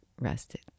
rested